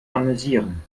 amüsieren